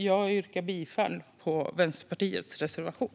Jag yrkar bifall till Vänsterpartiets reservation.